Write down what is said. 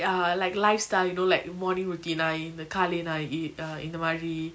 uh like lifestyle know like morning cooking நா இந்த காலை நா:na intha kaalai na eat err இந்தமாரி:inthamari